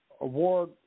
award